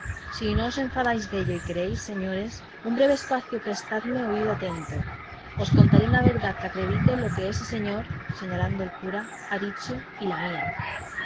si no os enfadáis dello y queréis señores un breve espacio prestarme oído atento os contaré una verdad que acredite lo que ese señor señalando al cura ha dicho y la mía